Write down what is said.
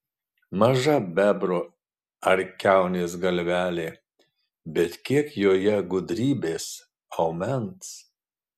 maža bebro ar kiaunės galvelė bet kiek joje gudrybės aumens